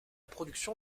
production